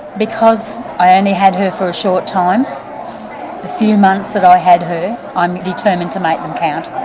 because i only had her for a short time, the few months that i had her, i'm determined to make them count.